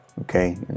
okay